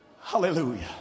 hallelujah